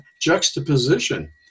juxtaposition